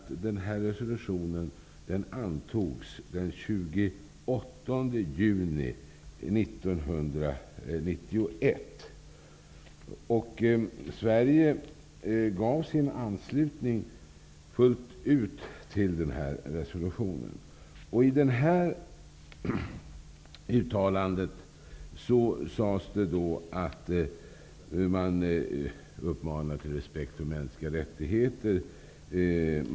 Denna resolution antogs den 28 juni 1991. Sverige gav fullt ut sin anslutning till denna resolution. I detta uttalande uppmanade man till respekt för de mänskliga rättigheterna.